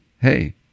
hey